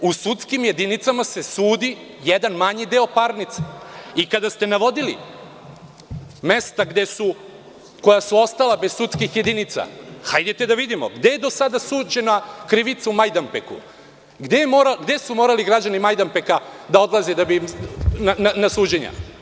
U sudskim jedinicama se sudi jedan manji deo parnice i kada ste navodili mesta koja su ostala bez sudskih jedinica, hajde da vidimo gde je do sada suđena krivica u Majdanpeku, gde su morali građani Majdanpeka da odlaze na suđenja?